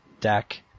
deck